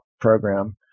program